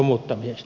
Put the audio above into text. arvoisa puhemies